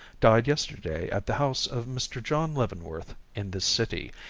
died yesterday at the house of mr. john leavenworth in this city,